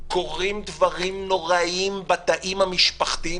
כשקורים דברים נוראיים בתאים המשפחתיים